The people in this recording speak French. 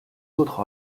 autre